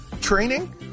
training